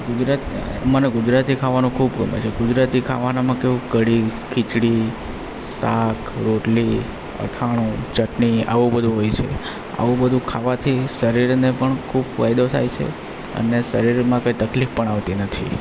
ગુજરાત મને ગુજરાતી ખાવાનું ખૂબ ગમે છે ગુજરાતી ખાવાનામાં કેવું કઢી ખીચડી શાક રોટલી અથાણું ચટણી અવું બધું હોય છે આવું બધું ખાવાથી શરીરને પણ ખૂબ ફાયદો થાય છે અને શરીરમાં કંઈ તકલીફ પણ આવતી નથી